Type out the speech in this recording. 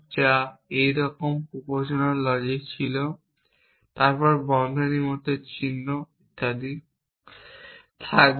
যা একই রকম যা প্রপোজিশন লজিকে ছিল তারপর বন্ধনীর মত চিহ্ন ইত্যাদি থাকবে